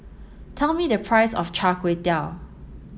tell me the price of Char Kway Teow